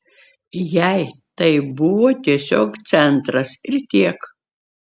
jai tai buvo tiesiog centras ir tiek